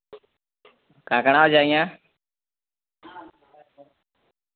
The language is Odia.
କାଣା କାଣା ଅଛେ ଆଜ୍ଞା